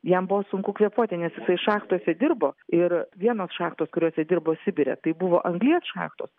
jam buvo sunku kvėpuoti nes jisai šachtose dirbo ir vienos šachtos kuriose dirbo sibire tai buvo anglies šachtos